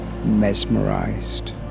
mesmerized